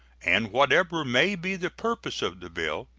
and whatever may be the purposes of the bill,